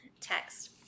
text